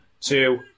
two